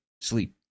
sleep